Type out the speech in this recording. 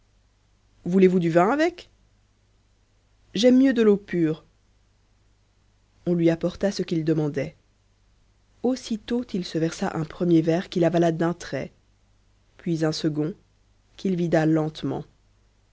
voulez-vous du vin avec j'aime mieux de l'eau pure on lui apporta ce qu'il demandait aussitôt il se versa un premier verre qu'il avala d'un trait puis un second qu'il vida lentement